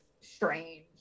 Strange